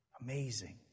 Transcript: Amazing